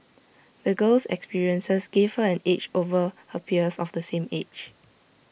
the girl's experiences gave her an edge over her peers of the same age